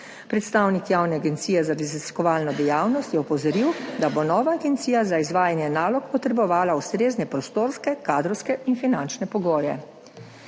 Predstavnik Javne agencije za raziskovalno dejavnost Republike Slovenije je opozoril, da bo nova agencija za izvajanje nalog potrebovala ustrezne prostorske, kadrovske in finančne pogoje.